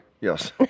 Yes